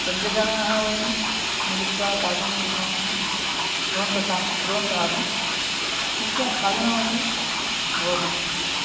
पञ्च जनाः वयं मिलित्वा पाकं कुर्मः कुर्वन्तः स कुर्वन्तः आसन् मिलित्वा खादनमपि भवति स्म